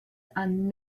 and